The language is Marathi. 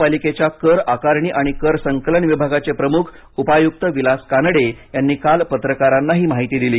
महापालिकेच्या कर आकारणी आणि कर संकलन विभागाचे प्रमुख उपायुक्त विलास कानडे यांनी काल पत्रकारांना ही माहिती दिली